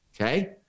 okay